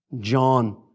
John